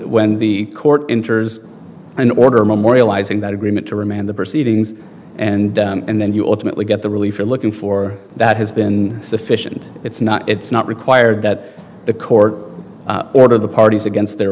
when the court enters an order memorializing that agreement to remand the proceedings and and then you automatically get the relief you're looking for that has been sufficient it's not it's not required that the court order the parties against their